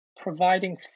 providing